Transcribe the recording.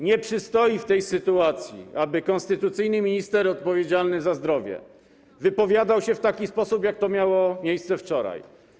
Nie przystoi w tej sytuacji, aby konstytucyjny minister odpowiedzialny za zdrowie wypowiadał się w taki sposób, jak to miało miejsce wczoraj.